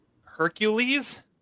Hercules